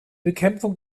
bekämpfung